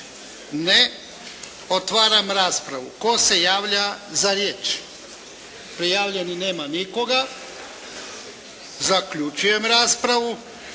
Ne. Otvaram raspravu. Tko se javlja za riječ? Prijavljenih nema. Zaključujem raspravu.